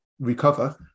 recover